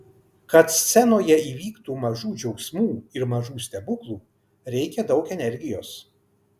kad scenoje įvyktų mažų džiaugsmų ir mažų stebuklų reikia daug energijos